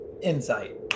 Insight